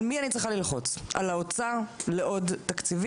על מי אני צריכה ללחוץ, על האוצר לעוד תקציבים?